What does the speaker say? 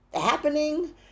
happening